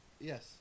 Yes